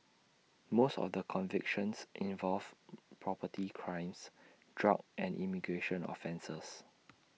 most of the convictions involved property crimes drug and immigration offences